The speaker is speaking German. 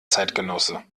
zeitgenosse